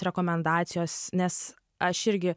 rekomendacijos nes aš irgi